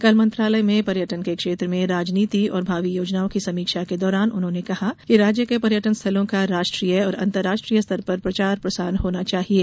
कल मंत्रालय में पर्यटन के क्षेत्र में रणनीति और भावी योजनाओं की समीक्षा के दौरान उन्होंने कहा कि राज्य के पर्यटन स्थलों का राष्ट्रीय और अंतर्राष्ट्रीय स्तर पर प्रचार प्रसार होना चाहिये